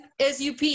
Sup